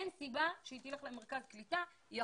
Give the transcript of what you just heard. במקרה כזה אין סיבה שהיא תלך למרכז קליטה,